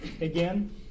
again